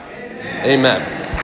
Amen